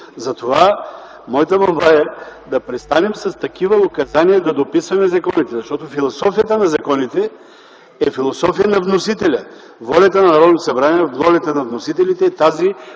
Затова моята молба е, да престанем с такива указания да дописваме законите, защото философията на законите е философия на вносителя. Волята на Народното събрание и волята на вносителите е тази,